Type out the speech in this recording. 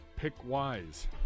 PickWise